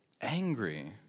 angry